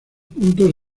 puntos